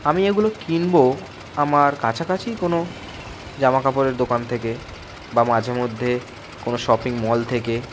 আমি এগুলো কিনবো আমার কাছাকাছি কোনো জামা কাপড়ের দোকান থেকে বা মাঝে মধ্যে কোনো শপিং মল থেকে